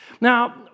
Now